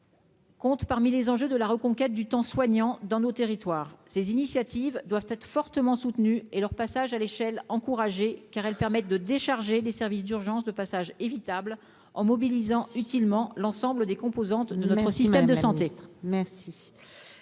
Compte parmi les enjeux de la reconquête du temps soignant dans nos territoires, ces initiatives doivent être fortement soutenu et leur passage à l'échelle encourager car elles permettent de décharger les services d'urgence de passage évitable en mobilisant utilement l'ensemble des composantes de notre système de santé.